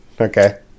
Okay